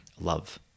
love